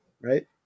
right